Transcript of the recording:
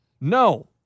No